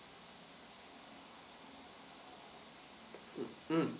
mm